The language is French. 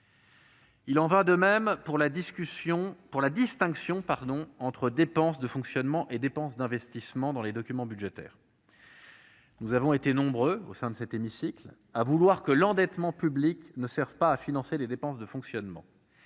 Il en va de même de la distinction entre dépenses de fonctionnement et dépenses d'investissement dans les documents budgétaires. Nous avons été nombreux au sein de cet hémicycle à dire que l'endettement public ne devait pas servir à financer des dépenses de fonctionnement.